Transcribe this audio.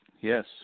Yes